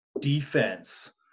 defense